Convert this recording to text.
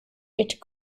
hit